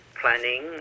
planning